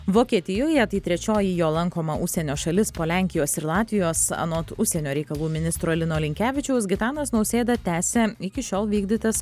vokietijoje tai trečioji jo lankoma užsienio šalis po lenkijos ir latvijos anot užsienio reikalų ministro lino linkevičiaus gitanas nausėda tęsia iki šiol vykdytas